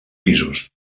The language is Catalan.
pisos